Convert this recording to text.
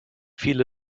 viele